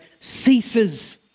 ceases